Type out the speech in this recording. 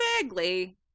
vaguely